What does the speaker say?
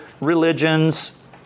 religions